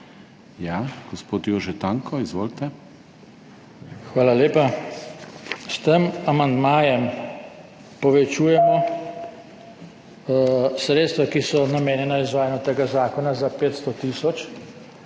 Ja, gospod Jože Tanko, izvolite. JOŽE TANKO (PS SDS): Hvala lepa. S tem amandmajem povečujemo sredstva, ki so namenjena izvajanju tega zakona, za 500 tisoč